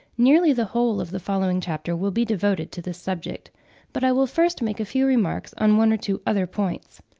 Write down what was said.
nearly the whole of the following chapter will be devoted to this subject but i will first make a few remarks on one or two other points.